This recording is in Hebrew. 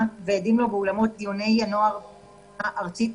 ועדים לו באולמות דיוני הנוער ברמה הארצית,